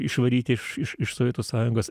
išvaryti iš iš iš sovietų sąjungos